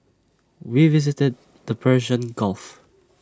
we visited the Persian gulf